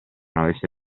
avesse